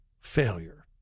failure